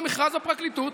על מכרז בפרקליטות.